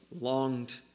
longed